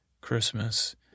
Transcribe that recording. Christmas